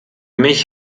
mich